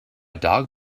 dog